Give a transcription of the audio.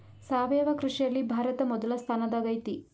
ಸಾವಯವ ಕೃಷಿಯಲ್ಲಿ ಭಾರತ ಮೊದಲ ಸ್ಥಾನದಾಗ್ ಐತಿ